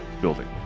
building